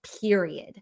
period